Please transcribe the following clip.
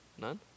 None